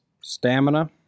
stamina